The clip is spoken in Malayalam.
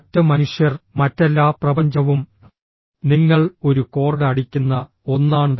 മറ്റ് മനുഷ്യർ മറ്റെല്ലാ പ്രപഞ്ചവും നിങ്ങൾ ഒരു കോർഡ് അടിക്കുന്ന ഒന്നാണ്